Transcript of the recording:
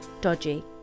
dodgy